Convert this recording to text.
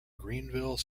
greenville